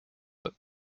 but